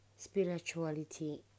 Spirituality